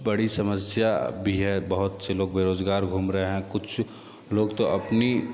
बड़ी समस्या भी है बहुत से लोग बेरोजगार घूम रहे हैं कुछ लोग तो अपनी